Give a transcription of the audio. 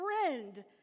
friend